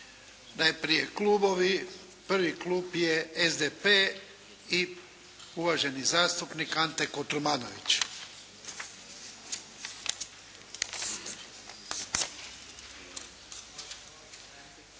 Najprije klubovi. Prvi klub je SDP i uvaženi zastupnik Ante Kotromanović.